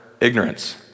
ignorance